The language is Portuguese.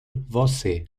você